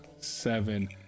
seven